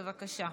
בבקשה.